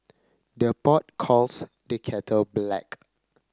the pot calls the kettle black